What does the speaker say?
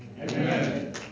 amen